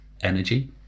energy